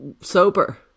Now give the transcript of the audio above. sober